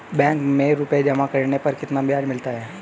Bank में रुपये जमा करने पर कितना ब्याज मिलता है?